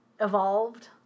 evolved